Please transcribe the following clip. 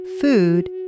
food